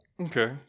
Okay